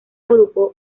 grupo